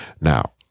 Now